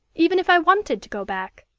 even if i wanted to go back.